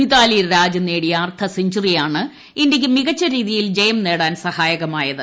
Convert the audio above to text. മിതാലി രാജ് നേടിയ അർദ്ധസെഞ്ചറിയാണ് ഇന്ത്യയ്ക്ക് മികച്ച രീതിയിൽ ജയം നേടാൻ സഹായകമായത്